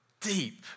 deep